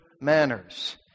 manners